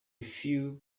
few